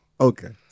okay